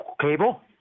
cable